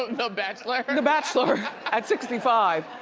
and bachelor? the bachelor at sixty five,